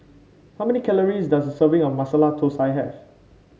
how many calories does a serving of Masala Thosai have